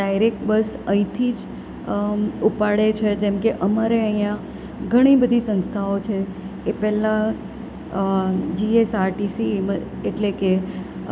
direct bus અહીંથી જ ઉપાડે છે જેમકે અમારે અહીંયા ઘણી બધી સંસ્થાઓ છે એ પહેલાં જીએસઆરટીસી એટલે કે